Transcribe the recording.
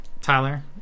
Tyler